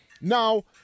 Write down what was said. Now